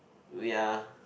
we are